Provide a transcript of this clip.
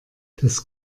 das